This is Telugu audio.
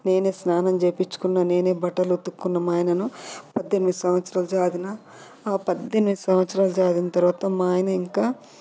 నేనే స్నానం చేపించుకున్న నేనే బట్టలు ఉతుకున్న మా ఆయనను పద్దెనిమిది సంవత్సరాల సాకిన ఆ పద్దెనిమిది సంవత్సరాలు సాకిన తర్వాత మా ఆయన ఇంకా